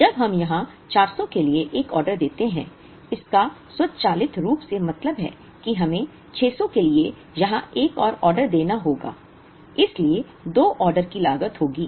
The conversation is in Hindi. तो जब हम यहां 400 के लिए एक ऑर्डर देते हैं इसका स्वचालित रूप से मतलब है कि हमें 600 के लिए यहां एक और ऑर्डर देना होगा इसलिए 2 ऑर्डर की लागत होगी